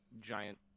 giant